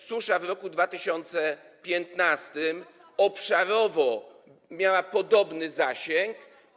Susza w roku 2015 obszarowo miała podobny zasięg.